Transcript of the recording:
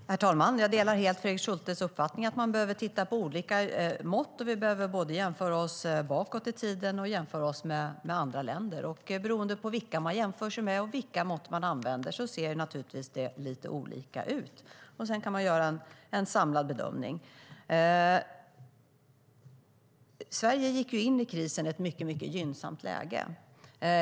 Herr talman! Jag delar helt Fredrik Schultes uppfattning att man behöver titta på olika mått. Vi behöver jämföra oss både bakåt i tiden och med andra länder. Beroende på vilka man jämför sig med och vilka mått man använder ser det naturligtvis lite olika ut. Sedan kan man göra en samlad bedömning. Sverige gick in i krisen med ett mycket gynnsamt läge.